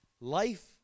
Life